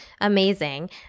Amazing